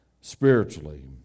spiritually